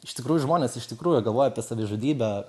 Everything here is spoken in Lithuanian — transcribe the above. iš tikrųjų žmonės iš tikrųjų galvoja apie savižudybę